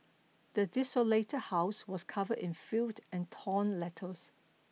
the desolated house was covered in filth and torn letters